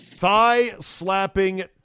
Thigh-slapping